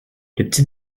petit